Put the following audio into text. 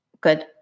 good